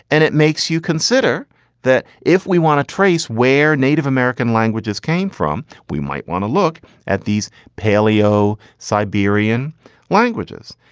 and it makes you consider that if we want to trace where native american languages came from, we might want to look at these paleo siberian languages.